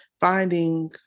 finding